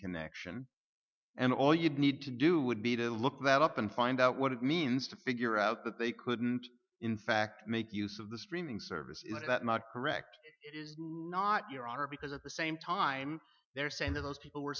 connection and all you'd need to do would be to look that up and find out what it means to figure out that they couldn't in fact make use of the streaming service is that not correct it is not your honor because at the same time they're saying that those people were